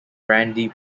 randy